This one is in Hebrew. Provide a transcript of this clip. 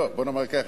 בוא נאמר ככה,